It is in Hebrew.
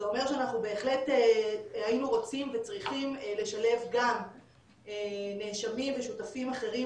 זה אומר שאנחנו בהחלט היינו רוצים וצריכים לשלב גם נאשמים ושותפים אחרים